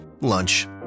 lunch